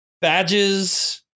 badges